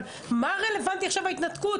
אבל איך ההתנתקות